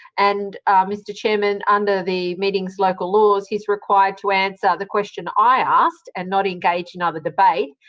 and mr chair, um and under the meetings local laws, he is required to answer the question i asked, and not engage in other debate.